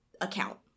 account